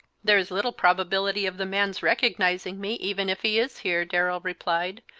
there is little probability of the man's recognizing me, even if he is here, darrell replied,